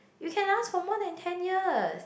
it can last for more than ten years